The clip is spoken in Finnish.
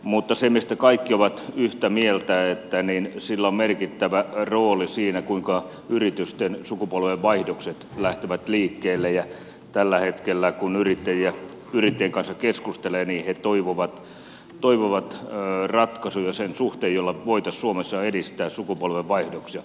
mutta siitä kaikki ovat yhtä mieltä että sillä on merkittävä rooli siinä kuinka yritysten sukupolvenvaihdokset lähtevät liikkeelle ja tällä hetkellä kun yrittäjien kanssa keskustelee he toivovat sen suhteen ratkaisuja joilla voitaisiin suomessa edistää sukupolvenvaihdoksia